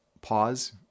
pause